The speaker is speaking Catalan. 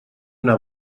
una